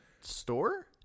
store